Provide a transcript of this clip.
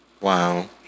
Wow